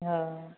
हा